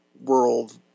World